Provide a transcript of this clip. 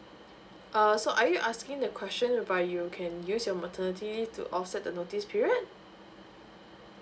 err so are you asking the question if are you can use your maternity to offset the notice period